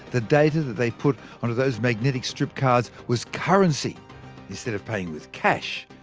the data they put onto those magnetic strip cards was currency instead of paying with cash,